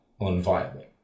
unviable